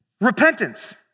repentance